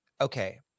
okay